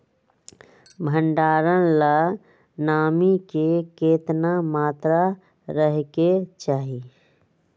भंडारण ला नामी के केतना मात्रा राहेके चाही?